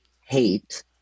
hate